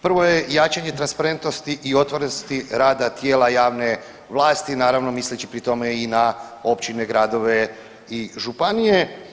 Prvo je jačanje transparentnosti i otvorenosti rada tijela javne vlasti, naravno misleći pri tome i na općine, gradove i županije.